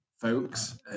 Folks